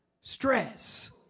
stress